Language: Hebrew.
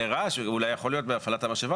רעש אולי יכול להיגרם בהפעלת המשאבה,